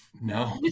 No